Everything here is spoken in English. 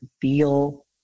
feel